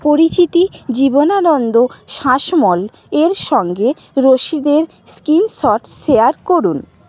পরিচিতি জীবনানন্দ শাসমল এর সঙ্গে রসিদের স্ক্রিনশট শেয়ার করুন